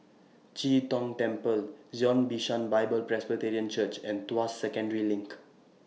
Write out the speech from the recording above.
Chee Tong Temple Zion Bishan Bible Presbyterian Church and Tuas Second LINK